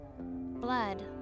Blood